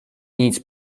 nic